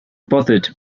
bothered